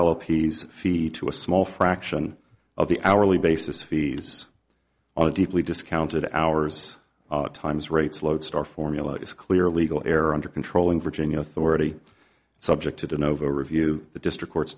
l a p s fee to a small fraction of the hourly basis fees on a deeply discounted hours times rates lodestar formula is clear legal air under control in virginia authority subject to the nova review the district court's